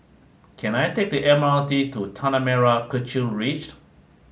can I take the M R T to Tanah Merah Kechil Ridge